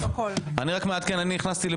אני מעדכן.